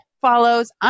follows